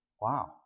wow